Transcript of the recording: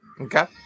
Okay